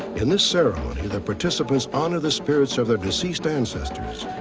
in this ceremony, the participants honor the spirits of their deceased ancestors,